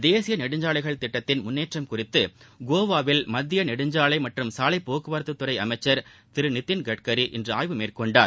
தேசிய நெடுஞ்சாலைகள் திட்டங்களின் முன்னேற்றம் குறித்து கோவாவில் மத்திய நெடுஞ்சாலை மற்றம் சாலை போக்குவரத்துறை அமைச்சர் திரு நிதின்கட்கரி இன்று ஆய்வு மேற்கொண்டார்